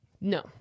No